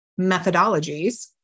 methodologies